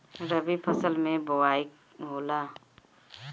रबी फसल मे बोआई होला?